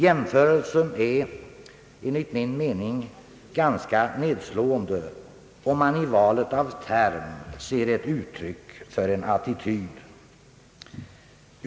Jämförelsen är ganska nedslående, om man i valet av term ser ett uttryck för en attityd.